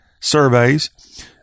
surveys